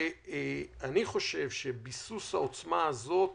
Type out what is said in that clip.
אני חושב שביסוס העוצמה הזאת